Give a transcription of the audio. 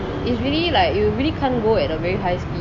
it's really like you really can't go at a very high speed